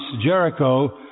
Jericho